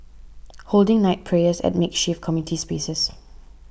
holding night prayers at makeshift community spaces